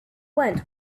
went